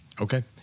Okay